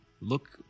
look